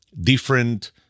different